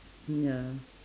ya